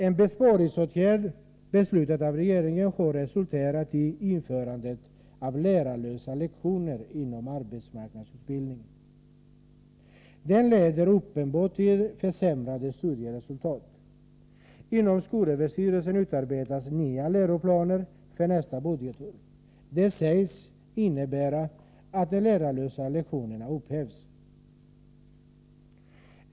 En besparingsåtgärd beslutad av regeringen har resulterat i införandet av lärarlösa lektioner inom arbetsmarknadsutbildningen. Det leder uppenbart till försämrade studieresultat. Inom skolöverstyrelsen utarbetas nya läroplaner för nästa budgetår. De sägs innebära att de lärarlösa lektionerna upphävs.